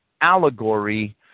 allegory